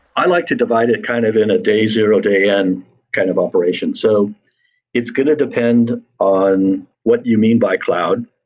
i like to divide it kind of in a day zero, day end kind of operation. so it's going to depend on what you mean by cloud.